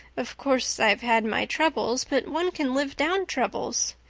of course, i've had my troubles, but one can live down troubles.